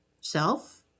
Self